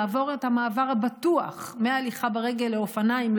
לעבור את המעבר הבטוח מהליכה ברגל לאופניים,